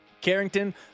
Carrington